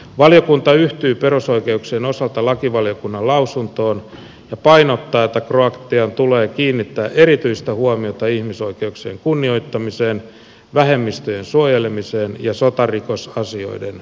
valiokunta yhtyy perusoikeuksien osalta lakivaliokunnan lausuntoon ja painottaa että kroatian tulee kiinnittää erityistä huomiota ihmisoikeuksien kunnioittamiseen vähemmistöjen suojelemiseen ja sotarikosasioiden käsittelyyn